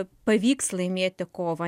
pavyks laimėti kovą